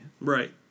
Right